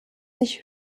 sich